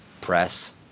press